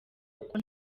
kuko